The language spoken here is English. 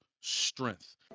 strength